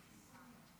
בזמן שזירת איראן פתוחה,